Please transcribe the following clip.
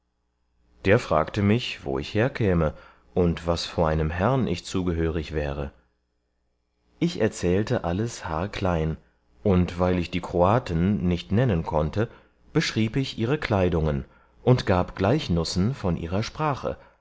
der fragte mich wo ich herkäme und was vor einem herrn ich zugehörig wäre ich erzählte alles haarklein und weil ich die kroaten nicht nennen konnte beschrieb ich ihre kleidungen und gab gleichnussen von ihrer sprache